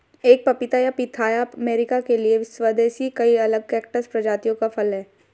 एक पपीता या पिथाया अमेरिका के लिए स्वदेशी कई अलग कैक्टस प्रजातियों का फल है